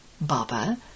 Baba